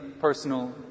personal